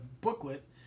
booklet